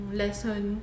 lesson